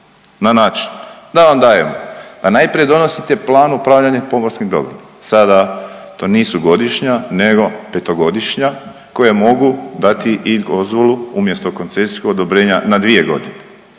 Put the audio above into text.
na način da vam dajemo da najprije donosite Plan upravljanja pomorskim dobrom. Sada to nisu godišnja, nego petogodišnja koja mogu dati i dozvolu umjesto koncesijskog odobrenja na dvije godine